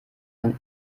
man